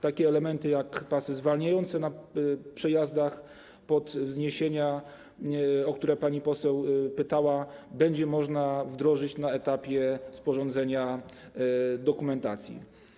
Takie elementy jak pasy zwalniające na przejazdach pod wzniesienia, o które pani poseł pytała, będzie można wdrożyć na etapie sporządzenia dokumentacji.